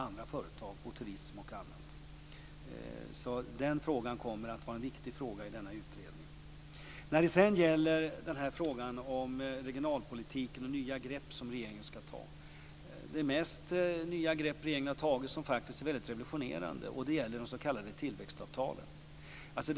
Där finns också turism, osv. Utvecklingsfrågan är viktig i denna utredning. Sedan var det frågan om nya grepp som skall tas av regeringen i regionalpolitiken. Det mest nya greppet är de s.k. tillväxtavtalen - och de är ganska revolutionerande.